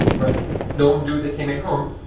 but don't do the same at home.